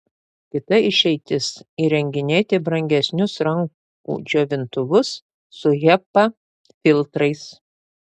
kita išeitis įrenginėti brangesnius rankų džiovintuvus su hepa filtrais